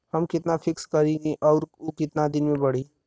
हम कितना फिक्स करी और ऊ कितना दिन में बड़ी?